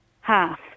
Half